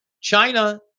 China